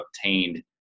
obtained